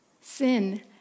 Sin